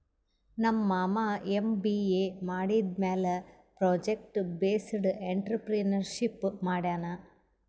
ನಮ್ ಮಾಮಾ ಎಮ್.ಬಿ.ಎ ಮಾಡಿದಮ್ಯಾಲ ಪ್ರೊಜೆಕ್ಟ್ ಬೇಸ್ಡ್ ಎಂಟ್ರರ್ಪ್ರಿನರ್ಶಿಪ್ ಮಾಡ್ಯಾನ್